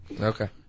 Okay